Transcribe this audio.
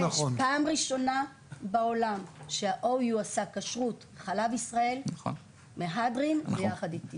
פעם ראשונה בעולם שה-OU עשה כשרות חלב ישראל מהדרין ביחד איתי.